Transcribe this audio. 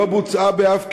לא בוצעה באף קיבוץ,